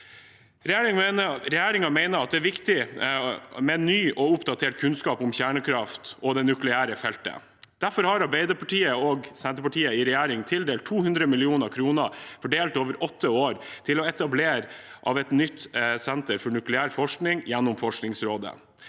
Regjeringen mener at det er viktig med ny og oppdatert kunnskap om kjernekraft og det nukleære feltet. Derfor har Arbeiderpartiet og Senterpartiet i regjering tildelt 200 mill. kr fordelt over åtte år til etablering av et nytt senter for nukleær forskning gjennom Forskningsrådet.